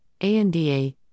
ANDA